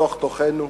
בתוך-תוכנו?